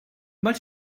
but